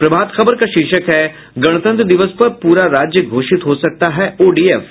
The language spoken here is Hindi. प्रभात खबर का शीर्षक है गणतंत्र दिवस पर पूरा राज्य घोषित हो सकता है ओडीएफ